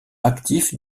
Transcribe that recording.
actif